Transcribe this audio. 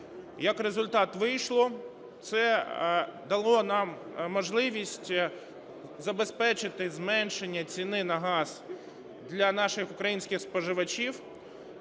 як результат - вийшло. Це дало нам можливість забезпечити зменшення ціни на газ для наших українських споживачів